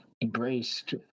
embraced